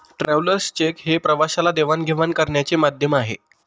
travellers cheque हे प्रवाशाला देवाणघेवाण करण्याचे माध्यम आहे